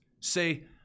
Say